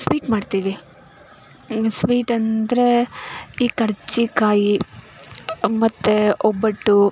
sweet ಮಾಡ್ತೀವಿ sweet ಅಂದರೆ ಈ ಕರ್ಜಿಕಾಯಿ ಮತ್ತೆ ಒಬ್ಬಟ್ಟು